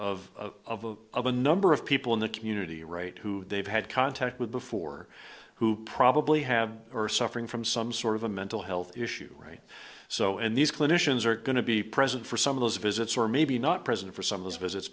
knowledge of of a number of people in the community right who they've had contact with before who probably have are suffering from some sort of a mental health issue right so in these clinicians are going to be present for some of those visits or maybe not present for some of those visits